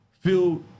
feel